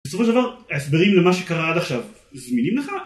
בסופו של דבר, ההסברים למה שקרה עד עכשיו, זמינים לך?